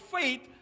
faith